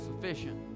sufficient